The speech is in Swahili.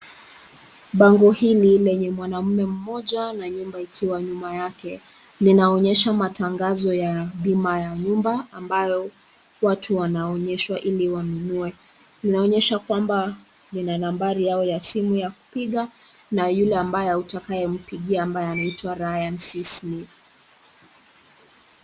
Bango hili lenye mwanaume mmoja na nyumba ikiwa nyuma yake linaonyesha matangazo ya bima ya nyumba ambayo watu wanaonyeshwa ili wanunue, inaonyesha kwamba lina nambari yao ya simu ya kupiga na yule ambaye autakaye mpigia ambaye anaitwa Ryan C. Smith.